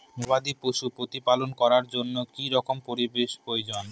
গবাদী পশু প্রতিপালন করার জন্য কি রকম পরিবেশের প্রয়োজন?